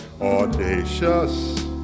audacious